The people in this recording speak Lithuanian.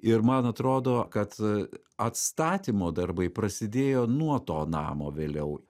ir man atrodo kad atstatymo darbai prasidėjo nuo to namo vėliau